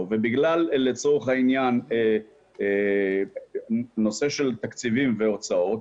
ובגלל לצורך העניין נושא של תקציבים והוצאות,